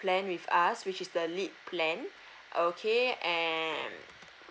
plan with us which is the lit plan okay and